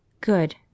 good